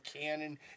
cannon